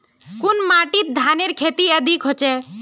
कुन माटित धानेर खेती अधिक होचे?